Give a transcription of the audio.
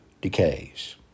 decays